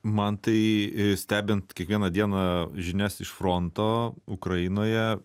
man tai stebint kiekvieną dieną žinias iš fronto ukrainoje